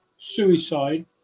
suicide